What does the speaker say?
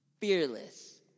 fearless